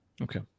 Okay